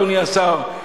אדוני השר,